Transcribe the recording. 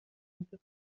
منطق